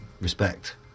Respect